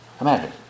imagine